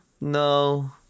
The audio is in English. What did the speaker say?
no